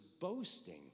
boasting